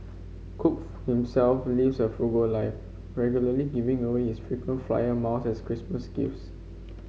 cook himself lives a frugal life regularly giving away is frequent flyer Christmas gifts